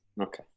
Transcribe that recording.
Okay